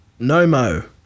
Nomo